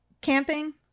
camping